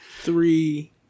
Three